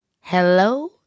Hello